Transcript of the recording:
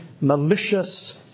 malicious